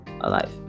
alive